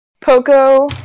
Poco